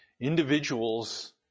individuals